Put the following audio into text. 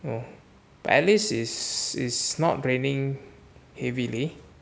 well but at least is is not raining heavily